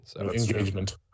engagement